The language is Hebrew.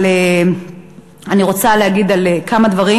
אני רוצה להגיד כמה דברים,